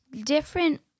different